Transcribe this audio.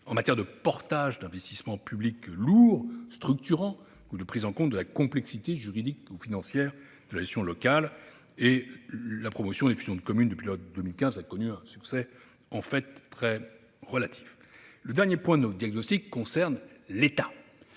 en matière de portage d'investissements lourds et structurants ou de prise en compte de la complexité juridique et financière de la gestion locale. La promotion des fusions de communes depuis la loi de 2015 a connu un succès très relatif. Le dernier point de notre diagnostic concerne l'État.